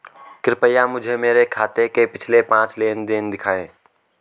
कृपया मुझे मेरे खाते के पिछले पांच लेन देन दिखाएं